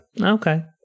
Okay